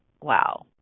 Wow